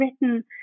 written